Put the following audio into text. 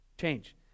change